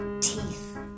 teeth